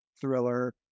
thriller